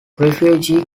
refugee